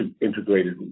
integrated